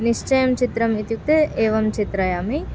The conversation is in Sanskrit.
निश्चयं चित्रम् इत्युक्ते एवं चित्रयामि